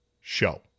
show